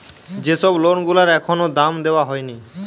যে সব লোন গুলার এখনো দাম দেওয়া হয়নি